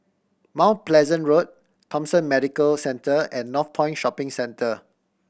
Mount Pleasant Road Thomson Medical Centre and Northpoint Shopping Centre